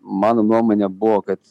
mano nuomonė buvo kad